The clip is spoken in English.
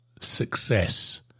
success